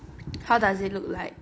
how does it look like